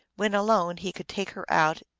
when alone, he could take her out,